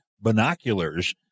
binoculars